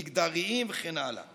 מגדריים וכן הלאה,